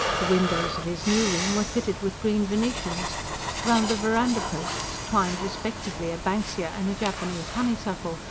the windows of his new room were fitted with green venetians round the verandah-posts twined respectively a banksia and a japanese honey-suckle,